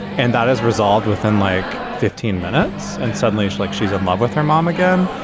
and that is resolved within like fifteen minutes and suddenly it's like she's in love with her mom again.